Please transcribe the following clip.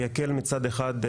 ויקל מצד אחד,